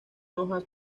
hojas